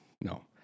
No